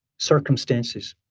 circumstances.